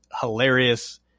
hilarious